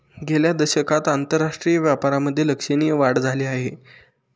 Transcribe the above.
गेल्या दशकात आंतरराष्ट्रीय व्यापारामधे लक्षणीय वाढ झाली आहे